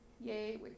yay